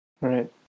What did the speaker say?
right